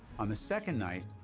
on the second night,